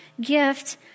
gift